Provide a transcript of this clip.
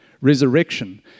resurrection